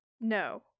no